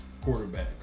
quarterback